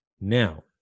Now